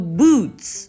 boots，